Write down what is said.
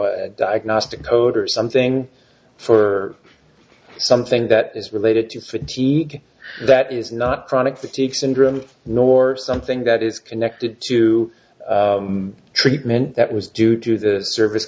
a diagnostic code or something for something that is related to fatigue that is not chronic fatigue syndrome nor something that is connected to treatment that was due to the service